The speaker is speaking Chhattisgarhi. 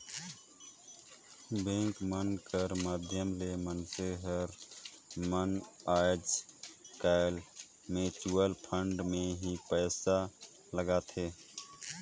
बेंक मन कर माध्यम ले मइनसे मन आएज काएल म्युचुवल फंड में ही पइसा लगाथें